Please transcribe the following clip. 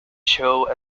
show